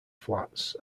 flats